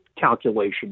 calculation